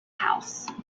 house